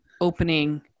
opening